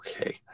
Okay